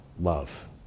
love